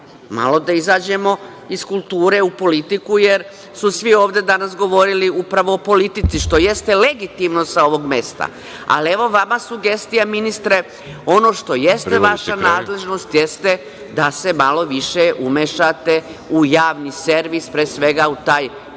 Malo da izađemo iz kulture u politiku, jer su svi ovde danas govorili upravo o politici, što jeste legitimno sa ovog mesta, ali evo vama sugestija ministre ono što jeste vaša nadležnost jeste da se malo više umešate u javni servis, pre svega u taj